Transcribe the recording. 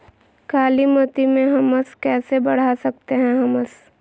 कालीमती में हमस कैसे बढ़ा सकते हैं हमस?